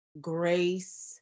grace